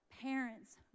parents